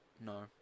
No